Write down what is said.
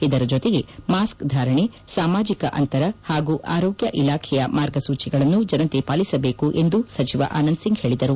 ಇದರ ಜೊತೆಗೆ ಮಾಸ್ಕ್ ಧಾರಣೆ ಸಾಮಾಜಿಕ ಅಂತರ ಹಾಗೂ ಆರೋಗ್ಯ ಇಲಾಖೆಯ ಮಾರ್ಗಸೂಚಿಗಳನ್ನು ಜನತೆ ಪಾಲಿಸಬೇಕು ಎಂದು ಸಚಿವ ಆನಂದ್ ಸಿಂಗ್ ಹೇಳಿದರು